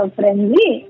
friendly